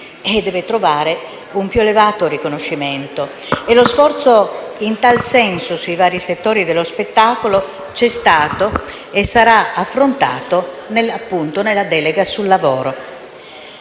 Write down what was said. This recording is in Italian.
invece trovare un più elevato riconoscimento. E lo sforzo in tal senso sui vari settori dello spettacolo c'è stato e sarà affrontato nel corso dell'esame della delega sul lavoro.